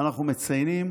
אנחנו מציינים